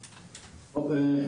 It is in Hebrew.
בבקשה.